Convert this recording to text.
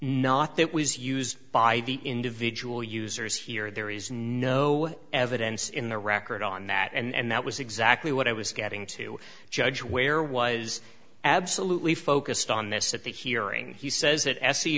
not that was used by the individual users here there is no evidence in the record on that and that was exactly what i was getting to judge where was absolutely focused on this at the hearing he says it s e